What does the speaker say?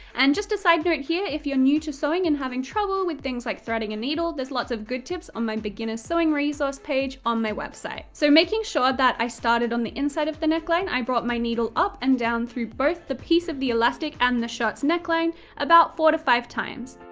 and just a side note here, if you're new to sewing and having trouble with things like threading a needle, there's lots of good tips on my beginners sewing resource page on my website! so, making sure that i started on the inside of the neckline, i brought my needle up and down through both the piece of the elastic and the shirt's neckline about four to five times.